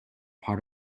part